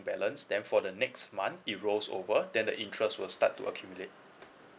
balance then for the next month it rolls over then the interest will start to accumulate